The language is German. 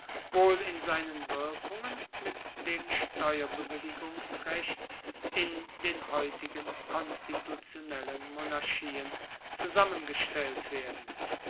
wohl in seinen wirkungen mit dem steuerbewilligungsrecht in den heutigen konstitutionellen monarchien zusammengestellt werden